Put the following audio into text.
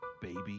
baby